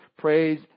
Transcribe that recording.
praise